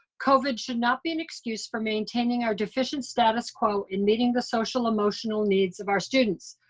covid should not be an excuse for maintaining our deficient status quo in meeting the social emotional needs of our students.